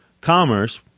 commerce